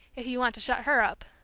if you want to shut her up!